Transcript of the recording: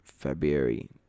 February